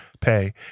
pay